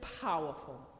powerful